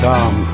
Tom